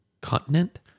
continent